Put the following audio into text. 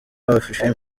afrifame